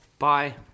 Bye